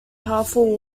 powerful